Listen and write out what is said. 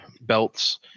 belts